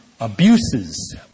abuses